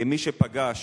כמי שפגש